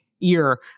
ear